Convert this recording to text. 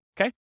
Okay